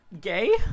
gay